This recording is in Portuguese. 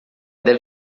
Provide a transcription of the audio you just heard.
deve